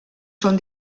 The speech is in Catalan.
són